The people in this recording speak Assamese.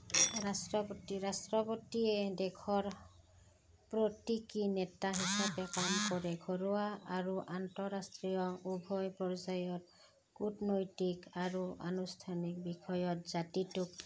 ৰাষ্ট্ৰপতি ৰাষ্ট্ৰপতিয়ে দেশৰ প্ৰতীকী নেতা হিচাপে কাম কৰে ঘৰুৱা আৰু আন্তঃৰাষ্ট্ৰীয় উভয় পৰ্যায়ত কূটনৈতিক আৰু আনুষ্ঠানিক বিষয়ত জাতিটোক